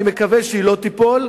אני מקווה שהיא לא תיפול,